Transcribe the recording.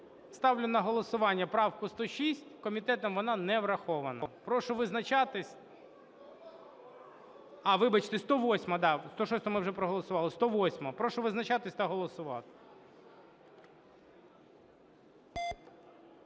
Ставлю на голосування правку 106. Комітетом вона не врахована. Прошу визначатись. А, вибачте, 108-а, да, 106-у ми вже проголосували, 108-а. Прошу визначатись та голосувати.